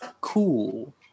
cool